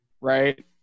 Right